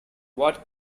what